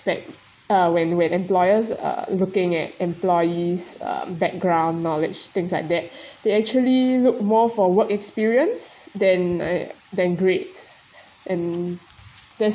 uh when when employers uh looking at employees uh background knowledge things like that they actually look more for work experience than a than grades and that's